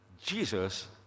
jesus